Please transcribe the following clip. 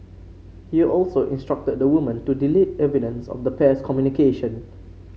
he also instructed the woman to delete evidence of the pair's communication